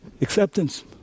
acceptance